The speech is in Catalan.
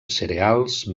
cereals